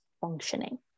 functioning